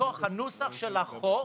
לתוך הנוסח של החוק